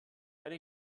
eine